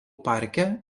parke